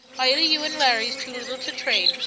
eily, you an' larry's too little to train,